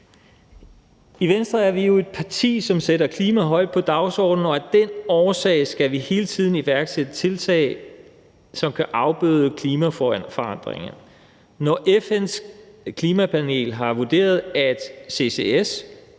I Venstre er vi jo et parti, som sætter klima højt på dagsordenen, og af den årsag skal vi hele tiden iværksætte tiltag, som kan afbøde klimaforandringerne. Når FN’s Klimapanel har vurderet, at CCS,